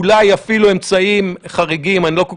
אולי אפילו אמצעים חריגים אני לא כל